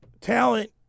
Talent